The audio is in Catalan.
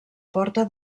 porta